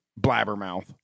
Blabbermouth